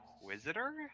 Inquisitor